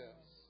Yes